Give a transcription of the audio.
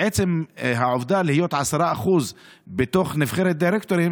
עצם העובדה שיש 10% בתוך נבחרת הדירקטורים